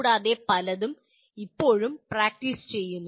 അവയിൽ പലതും ഇപ്പോഴും പ്രാക്ടീസ് ചെയ്യുന്നു